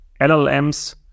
LLMs